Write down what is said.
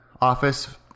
office